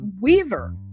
Weaver